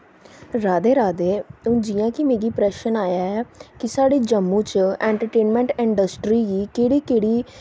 राधे राधे हून जि'यां कि मिगी प्रश्न आया ऐ कि साढ़ी जम्मू च ऐंटरटेनमैंट इंडस्ट्री गी केह्ड़ी केह्ड़ी